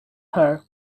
her